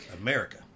America